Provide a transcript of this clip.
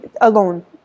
alone